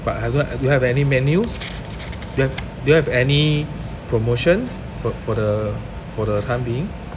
but I don't you have any menu do you have do you have any promotion for for the for the time being